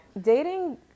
Dating